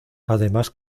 además